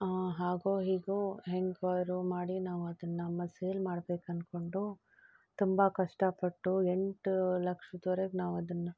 ಹಾಗೋ ಹೀಗೋ ಹೆಂಗಾರು ಮಾಡಿ ನಾವದನ್ನು ಸೇಲ್ ಮಾಡಬೇಕಂದ್ಕೊಂಡು ತುಂಬ ಕಷ್ಟಪಟ್ಟು ಎಂಟು ಲಕ್ಷದ್ವರೆಗೆ ನಾವದನ್ನು